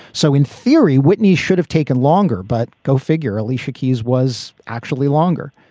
so in theory, whitney should have taken longer. but go figure. alicia keys was actually longer.